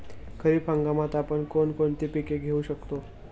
खरीप हंगामात आपण कोणती कोणती पीक घेऊ शकतो?